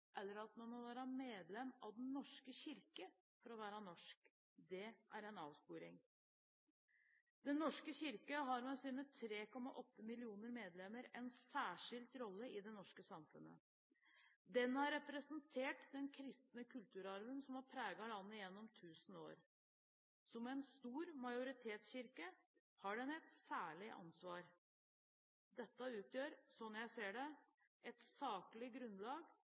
eller at man må være medlem av Den norske kirke for å være norsk. Det er en avsporing. Den norske kirke har med sine 3,8 millioner medlemmer en særskilt rolle i det norske samfunnet. Den har representert den kristne kulturarven som har preget landet gjennom tusen år. Som en stor majoritetskirke har den et særlig ansvar. Dette utgjør, slik jeg ser det, et saklig grunnlag